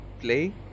play